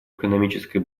экономической